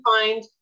find